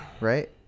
Right